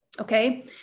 Okay